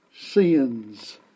sins